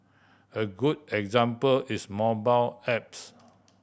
a good example is mobile apps